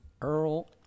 Earl